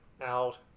out